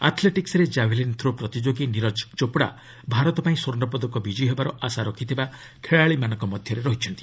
ଆଥ୍ଲେଟିକ୍ସରେ javelin throw ପ୍ରତିଯୋଗୀ ନିରଜ୍ ଚୋପ୍ଡା ଭାରତ ପାଇଁ ସ୍ୱର୍ଷ୍ଣପଦକ ବିଜୟୀ ହେବାର ଆଶା ରଖିଥିବା ଖେଳାଳିମାନଙ୍କ ମଧ୍ୟରେ ରହିଛନ୍ତି